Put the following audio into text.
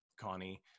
Connie